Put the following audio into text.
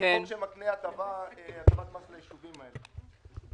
שמקנה הטבת מס ליישובים האלה פקע.